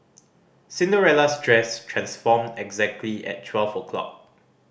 Cinderella's dress transformed exactly at twelve o'clock